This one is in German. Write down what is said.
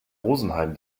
rosenheim